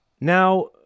Now